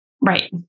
right